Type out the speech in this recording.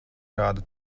kādu